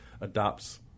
adopts